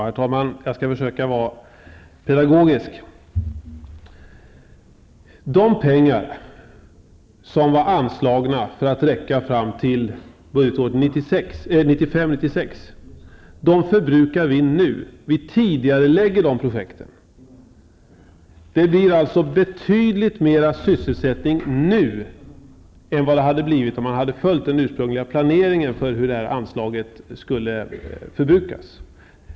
Herr talman! Jag skall försöka vara pedagogisk. De pengar som var anslagna för att räcka fram till budgetåret 95/96 förbrukar vi nu. Vi tidigarelägger de projekten. Det blir alltså betydligt mer sysselsättning nu, än vad det hade blivit om man hade följt den ursprungliga planeringen för hur det här anslaget skulle förbrukas.